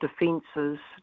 defences